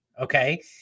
Okay